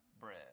bread